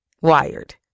Wired